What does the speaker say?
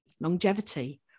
longevity